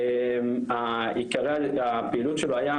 העיקר הפעילות שלו היה